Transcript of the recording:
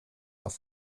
auf